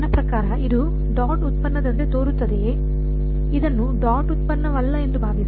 ನನ್ನ ಪ್ರಕಾರ ಇದು ಡಾಟ್ ಉತ್ಪನ್ನದಂತೆ ತೋರುತ್ತದೆಯೇ ಇದನ್ನು ಡಾಟ್ ಉತ್ಪನ್ನವಲ್ಲ ಎಂದು ಭಾವಿಸಿ